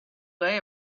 day